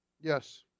Yes